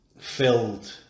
filled